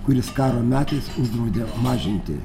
kuris karo metais uždraudė mažinti